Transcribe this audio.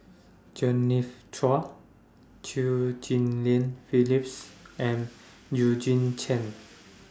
Jenny's Chua Chew Ghim Lian Phyllis and Eugene Chen